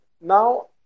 now